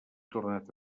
tornat